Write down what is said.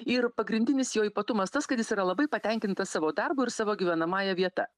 ir pagrindinis jo ypatumas tas kad jis yra labai patenkintas savo darbu ir savo gyvenamąja vieta